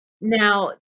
Now